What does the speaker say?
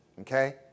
okay